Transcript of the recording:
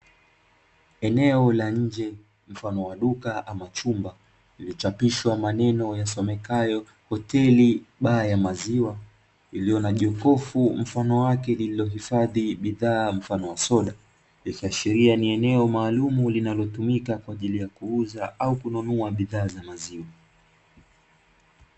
Eneo la nje mfano wa duka ama chumba iliochapishwa maneno yasomekayo hoteli baa ya maziwa iliyo na jokofu mfano wake lililohifadhi bidhaa mfano wa soda, ikiashiria ni eneo maalumu linalotumika kwa ajili ya kuuza au kununua bidhaa za maziwa.